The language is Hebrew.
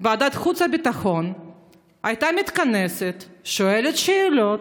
ועדת החוץ והביטחון הייתה מתכנסת, שואלת שאלות,